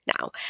now